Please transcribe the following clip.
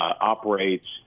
operates